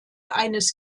eines